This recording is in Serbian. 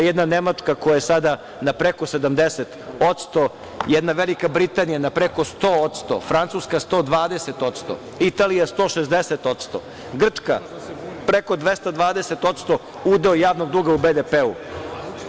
Jedna Nemačka koja je sada na preko 70%, jedna Velika Britanija na preko 100%, Francuska 120%, Italija 160%, Grčka preko 220% udeo javnog duga u BDP-u.